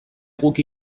guk